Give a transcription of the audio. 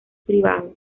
privados